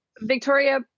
Victoria